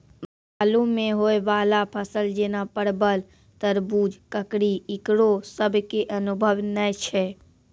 बालू मे होय वाला फसल जैना परबल, तरबूज, ककड़ी ईकरो सब के अनुभव नेय छै?